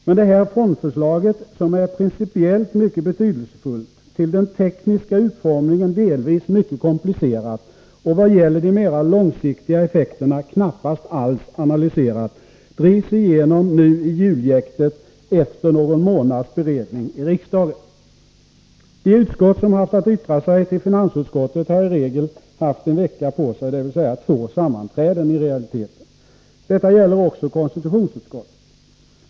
Men det här fondförslaget, som är principiellt mycket betydelsefullt, till den tekniska utformningen delvis mycket komplicerat och i vad gäller de mera långsiktiga effekterna knappast alls analyserat, drivs igenom nu i juljäktet efter någon månads beredning i riksdagen. De utskott som haft att yttra sig till finansutskottet har i regel haft en vecka på sig, dvs. i realiteten två sammanträden. Detta gäller också konstitutionsutskottet.